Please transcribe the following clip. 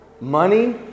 money